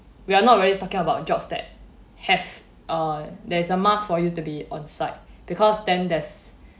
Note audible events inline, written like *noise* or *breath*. we are not really talking about jobs that have uh there's a must for you to be on site because then that's *breath*